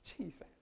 Jesus